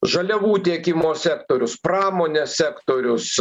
žaliavų tiekimo sektorius pramonės sektorius